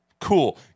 cool